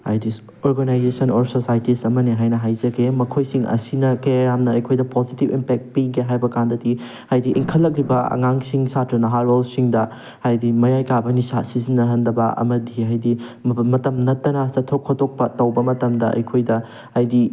ꯍꯥꯏꯗꯤ organisation or societies ꯑꯃꯅꯦ ꯍꯥꯏꯅ ꯍꯥꯏꯖꯒꯦ ꯃꯈꯣꯏꯁꯤꯡ ꯑꯁꯤꯅ ꯀꯌꯥ ꯌꯥꯝꯅ ꯑꯩꯈꯣꯏꯗ ꯄꯣꯖꯤꯇꯤꯞ ꯏꯝꯄꯦꯛ ꯄꯤꯒꯦ ꯍꯥꯏꯕ ꯀꯥꯟꯗꯗꯤ ꯍꯥꯏꯗꯤ ꯏꯪꯈꯠꯂꯛꯂꯤꯕ ꯑꯉꯥꯡꯁꯤꯡ ꯁꯥꯇ꯭ꯔ ꯅꯍꯥꯔꯣꯜꯁꯤꯡꯗ ꯍꯥꯏꯗꯤ ꯃꯌꯥꯏ ꯀꯥꯕ ꯅꯤꯁꯥ ꯁꯤꯖꯤꯟꯅꯍꯟꯗꯕ ꯑꯃꯗꯤ ꯍꯥꯏꯗꯤ ꯃꯇꯝ ꯅꯠꯇꯅ ꯆꯠꯊꯣꯛ ꯈꯣꯠꯇꯣꯛꯄ ꯇꯧꯕ ꯃꯇꯝꯗ ꯑꯩꯈꯣꯏꯗ ꯍꯥꯏꯗꯤ